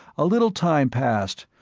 a little time passed,